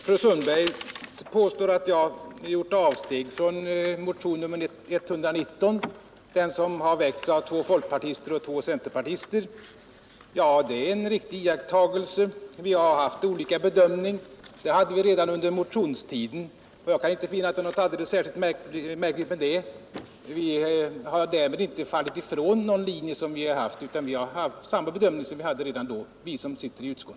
Herr talman! Fru Sundberg påstår att jag har gjort avsteg från motionen 119, som väckts av två folkpartister och två centerpartister. Det är en riktig iakttagelse. Motionärerna och jag har haft olika bedömning; det hade vi redan under motionstiden, och jag kan inte finna att det är något märkligt med det. Vi som sitter i utskottet har därmed inte gjort avsteg från någon linje som vi tidigare har haft.